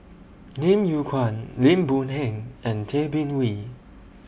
Lim Yew Kuan Lim Boon Heng and Tay Bin Wee